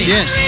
Yes